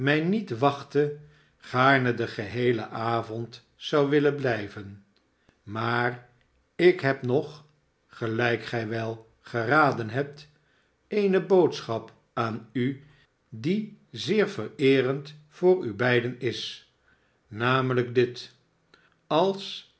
niet wachtte gaarne den geheelen avond zou willen blijven maar ik lieb nog gelijk gij wel geraden hebt eene boodschap aan u die zeer vereerend voor u beiden is namelijk dit als